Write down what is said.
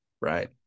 Right